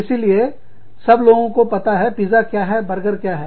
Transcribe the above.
इसीलिए सब लोगों को पता है पिज़्ज़ा क्या है बर्गर क्या है